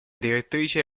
direttrice